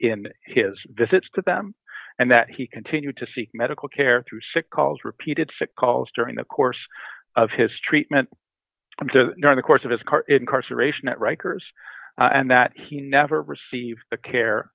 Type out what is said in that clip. in his visits to them and that he continued to seek medical care through sick calls repeated sick calls during the course of history to come to the course of his car incarceration at rikers and that he never received the care